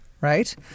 right